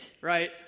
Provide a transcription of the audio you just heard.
right